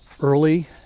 early